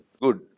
good